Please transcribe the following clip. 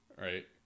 right